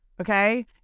Okay